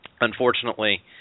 unfortunately